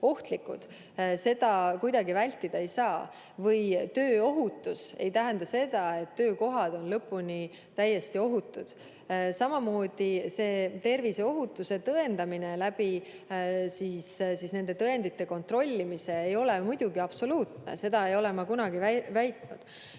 Seda kuidagi vältida ei saa. Või tööohutus ei tähenda seda, et töökohad on lõpuni täiesti ohutud. Samamoodi ei ole terviseohutuse tõendamine nende tõendite kontrollimise abil muidugi absoluutne. Seda ei ole ma kunagi väitnud.